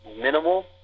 minimal